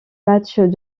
matchs